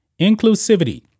inclusivity